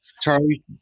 Charlie